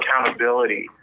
accountability